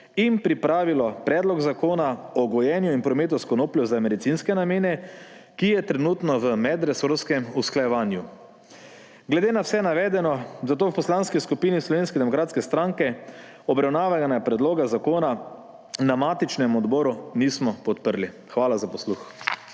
in pripravilo predlog zakona o gojenju in prometu s konopljo za medicinske namene, ki je trenutno v medresorskem usklajevanju. Glede na vse navedeno v Poslanski skupini Slovenske demokratske stranke obravnavanega predloga zakona na matičnem odboru nismo podprli. Hvala za posluh.